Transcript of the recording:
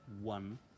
one